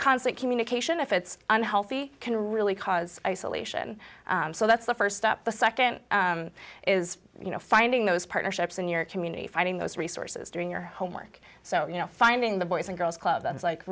constant communication if it's unhealthy can really cause isolation so that's the st stop the nd is you know finding those partnerships in your community finding those resources doing your homework so you know finding the boys and girls club that's like